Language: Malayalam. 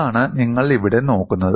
ഇതാണ് നിങ്ങൾ ഇവിടെ നോക്കുന്നത്